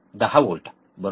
10 volt बरोबर